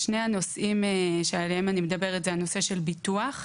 שני הנושאים שעליהם אני מדברת זה הנושא של ביטוח,